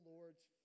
Lord's